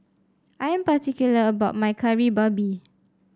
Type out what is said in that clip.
I am particular about my Kari Babi